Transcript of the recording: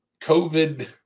COVID